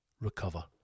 recover